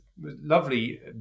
lovely